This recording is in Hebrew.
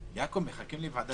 כי הוא עורך דין מצוין.